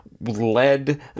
led